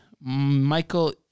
Michael